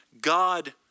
God